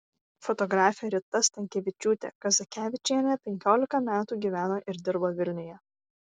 fotografė rita stankevičiūtė kazakevičienė penkiolika metų gyveno ir dirbo vilniuje